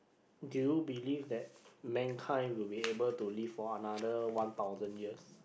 do you believe that mankind will be able to live for another one thousand years